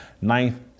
ninth